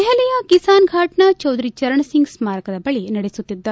ದೆಹಲಿಯ ಕಿಸಾನ್ ಫಾಟ್ನ ಚೌದರಿ ಚರಣ್ಸಿಂಗ್ ಸ್ನಾರಕದ ಬಳಿ ನಡೆಸುತ್ತಿದ್ದ